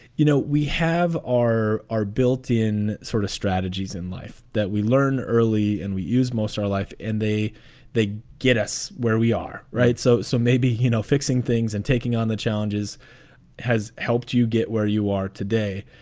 you know, we have ah our built in sort of strategies in life that we learn early and we use most our life. and they they get us where we are. right. so. so maybe, you know, fixing things and taking on the challenges has helped you get where you are today.